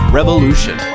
Revolution